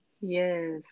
Yes